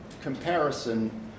comparison